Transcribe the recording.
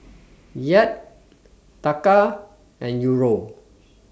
Kyat Taka and Euro